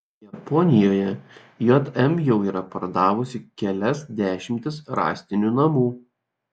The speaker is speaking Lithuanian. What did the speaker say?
japonijoje jm jau yra pardavusi kelias dešimtis rąstinių namų